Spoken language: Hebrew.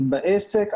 בעסק.